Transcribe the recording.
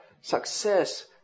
success